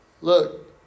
look